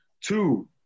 Two